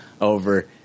over